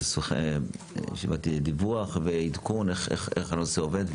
לישיבת דיווח ועדכון על איך הנושא עובד,